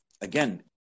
again